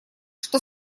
что